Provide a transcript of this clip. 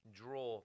draw